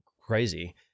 crazy